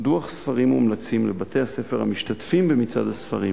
דוח ספרים מומלצים לבתי-הספר המשתתפים במצעד הספרים.